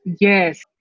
yes